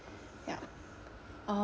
ya uh